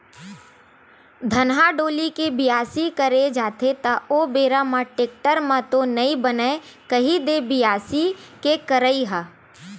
धनहा डोली के बियासी करे जाथे त ओ बेरा म टेक्टर म तो नइ बनय कही दे बियासी के करई ह?